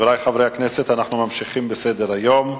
חברי חברי הכנסת, אנחנו ממשיכים בסדר-היום,